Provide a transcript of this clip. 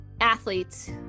athletes